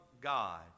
God